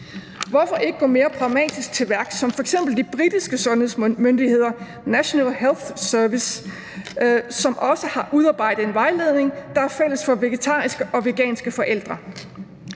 Hvorfor ikke gå mere pragmatisk til værks som f.eks. de britiske sundhedsmyndigheder, National Health Service, som også har udarbejdet en vejledning, der er fælles for vegetariske og veganske forældre?